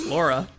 Laura